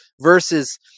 Versus